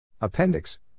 Appendix